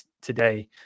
today